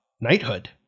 knighthood